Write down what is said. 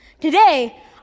Today